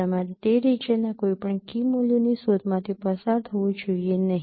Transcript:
તમારે તે રિજિયનના કોઈપણ કી મૂલ્યોની શોધમાંથી પસાર થવું જોઈએ નહીં